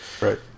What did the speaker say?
right